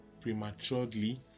prematurely